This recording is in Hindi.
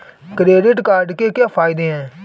क्रेडिट कार्ड के क्या फायदे हैं?